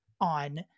on